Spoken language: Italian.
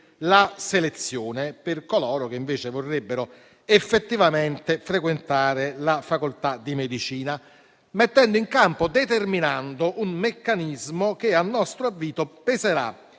la selezione per coloro che invece vorrebbero effettivamente frequentare la facoltà di medicina, determinando un meccanismo che, a nostro avviso, peserà